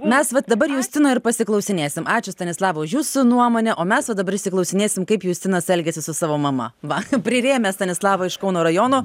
mes vat dabar justino ir pasiklausinėsim ačiū stanislava už jūsų nuomonę o mes va dabar išsiklausinėsim kaip justinas elgiasi su savo mama va prirėmė stanislava iš kauno rajono